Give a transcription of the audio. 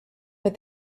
but